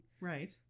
Right